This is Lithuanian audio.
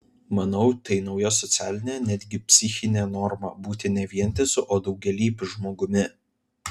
manau tai nauja socialinė netgi psichinė norma būti ne vientisu o daugialypiu žmogumi